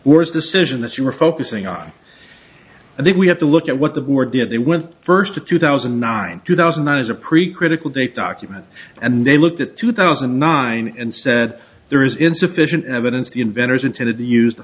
words decision that you were focusing on i think we have to look at what the war did they went first to two thousand and nine two thousand as a preclinical they document and they looked at two thousand and nine and said there is insufficient evidence the inventors intended to use the